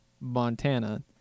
Montana